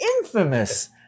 infamous